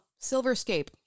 Silverscape